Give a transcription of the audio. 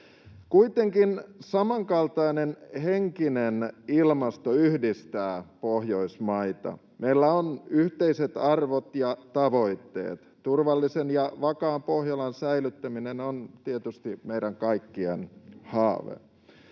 Kuitenkin samankaltainen henkinen ilmasto yhdistää Pohjoismaita. Meillä on yhteiset arvot ja tavoitteet. Turvallisen ja vakaan Pohjolan säilyttäminen on tietysti meidän kaikkien haave.